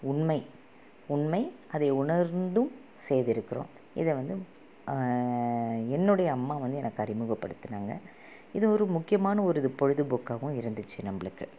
உண்மை உண்மை அதை உணர்ந்தும் செய்திருக்கிறோம் இதை வந்து என்னுடைய அம்மா வந்து எனக்கு அறிமுகப்படுத்தினாங்க இது ஒரு முக்கியமான ஒரு இது பொழுதுப்போக்காகவும் இருந்துச்சு நம்மளுக்கு